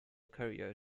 career